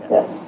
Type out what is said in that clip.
Yes